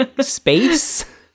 space